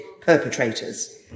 perpetrators